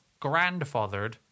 Grandfathered